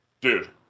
Dude